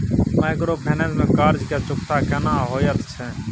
Microfinance में कर्ज के चुकता केना होयत छै?